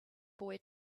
boy